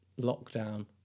lockdown